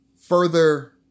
further